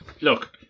look